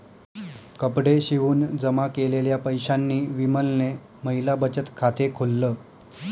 कपडे शिवून जमा केलेल्या पैशांनी विमलने महिला बचत खाते खोल्ल